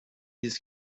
this